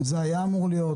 זה היה אמור להיות,